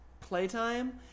playtime